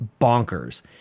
bonkers